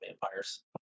vampires